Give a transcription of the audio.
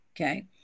okay